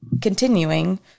continuing